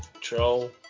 troll